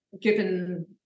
given